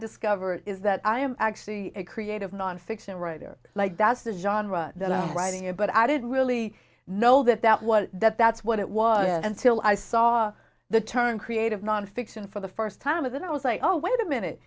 discovered is that i am actually a creative nonfiction writer like that's the john writing a but i didn't really know that that was that that's what it was until i saw the turn creative nonfiction for the first time with that i was like oh wait a minute